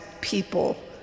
people